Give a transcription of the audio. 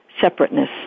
separateness